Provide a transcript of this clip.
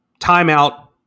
timeout